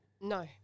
No